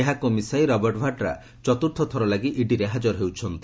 ଏହାକୁ ମିଶାଇ ରବର୍ଟ ଭାଡ୍ରା ଚତୁର୍ଥ ଥର ଲାଗି ଇଡିରେ ହାକର ହେଉଛନ୍ତି